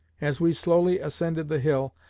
as we slowly ascended the hill,